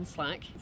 Slack